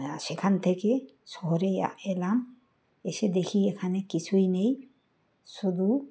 সেখান থেকে শহরেই এলাম এসে দেখি এখানে কিছুই নেই শুধু